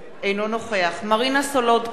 אינו נוכח מרינה סולודקין,